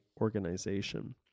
organization